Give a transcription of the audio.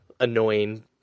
Annoying